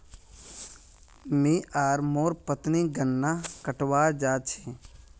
मी आर मोर पत्नी गन्ना कटवा जा छी